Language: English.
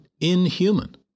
inhuman